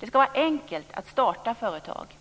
Det ska vara enkelt att starta företag.